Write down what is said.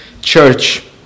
church